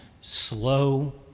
slow